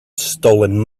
stolen